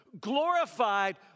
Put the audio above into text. glorified